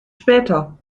später